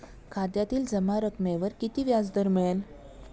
खात्यातील जमा रकमेवर किती व्याजदर मिळेल?